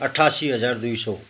अठासी हजार दुई सौ